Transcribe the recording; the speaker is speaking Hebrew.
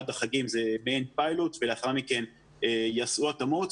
עד החגים זה מעין פיילוט ולאחר מכן ייעשו התאמות.